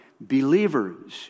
believers